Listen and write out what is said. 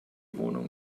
wohnung